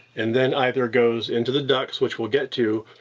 and then either goes into the ducts, which we'll get to,